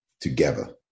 together